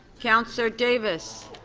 councillor davis?